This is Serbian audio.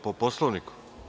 Po Poslovniku.